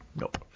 Nope